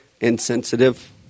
insensitive